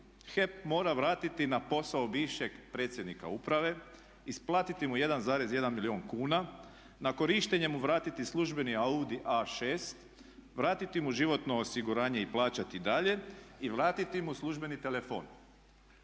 HEP mora vratiti na posao bivšeg predsjednika uprave, isplatiti mu 1,1 milijuna kuna, na korištenje mu vratiti službeni Audi A6, vratiti mu životno osiguranje i plaćati dalje i vratiti mu službeni telefon.